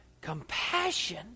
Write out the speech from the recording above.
compassion